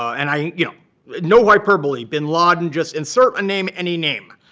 and i mean you know no hyperbole. bin laden, just insert a name, any name.